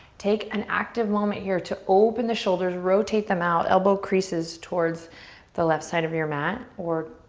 take an active moment here to open the shoulders, rotate them out, elbow creases towards the left side of your mat or